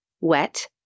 wet